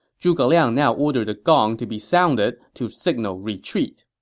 zhuge liang now ordered the gong to be sounded to signal retreat.